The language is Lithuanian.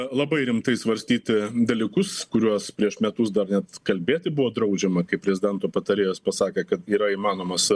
labai rimtai svarstyti dalykus kuriuos prieš metus dar net kalbėti buvo draudžiama kai prezidento patarėjas pasakė kad yra įmanomas ar